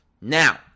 Now